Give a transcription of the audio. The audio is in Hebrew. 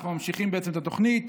אנחנו ממשיכים בעצם את התוכנית,